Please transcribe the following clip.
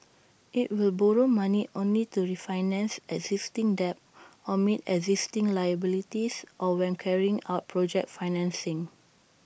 IT will borrow money only to refinance existing debt or meet existing liabilities or when carrying out project financing